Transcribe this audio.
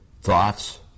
Thoughts